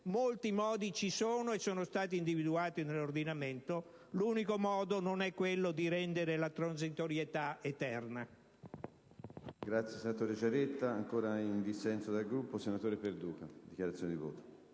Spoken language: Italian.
Molti modi ci sono, e stati individuati nell'ordinamento: l'unico modo non è quello di rendere la transitorietà eterna.